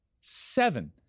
Seven